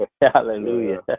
Hallelujah